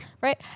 Right